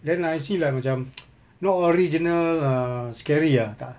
then I see like macam not original uh scary ah tak